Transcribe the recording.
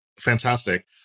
Fantastic